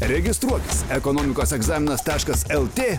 registruokis ekonomikos egzaminas taškas lt